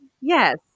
yes